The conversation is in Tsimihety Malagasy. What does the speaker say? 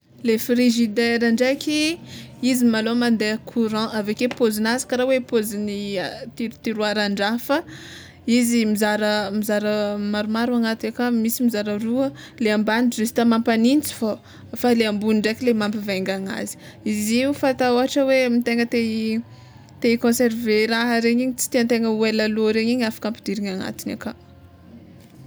Le frigidaire ndraiky izy malôha mandeha courant aveke paozinazy kara hoe pozin'ny tirotiroarandraha fa izy mizara mizara maromaro agnaty aka misy mizara roa le ambany juste mampagnintsy fô fa le ambony ndraiky le mampivaingana azy, izy io fatao ôhatra tegna te hi- te hiconserve raha regny igny tsy tiantegna ho ela lo regny afaka ampidirigny agnatiny aka.